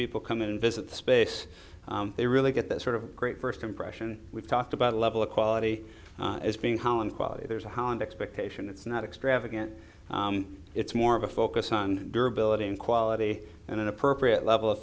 people come in and visit the space they really get that sort of great first impression we've talked about a level of quality as being how in quality there's a hand expectation it's not extravagant it's more of a focus on your ability and quality and an appropriate level of